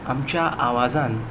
आमच्या आवाजान आमच्या आवाजान